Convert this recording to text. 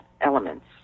elements